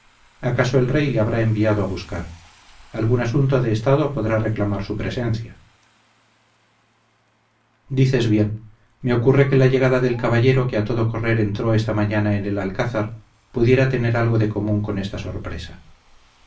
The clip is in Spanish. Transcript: acaso el rey le habrá enviado a buscar algún asunto de estado podrá reclamar su presencia dices bien me ocurre que la llegada del caballero que a todo correr entró esta mañana en el alcázar pudiera tener algo de común con esta sorpresa